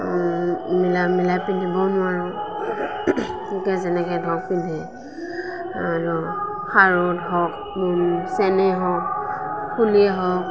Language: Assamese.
মিলাই মিলাই পিন্ধিবও নোৱাৰোঁ লোকে যেনেকে ধৰক পিন্ধে আৰু খাৰু ধৰক চেনেই হওঁক সোণেই হওঁক